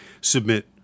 submit